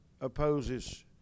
opposes